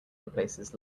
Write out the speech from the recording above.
replaces